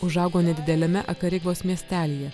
užaugo nedideliame akarigos miestelyje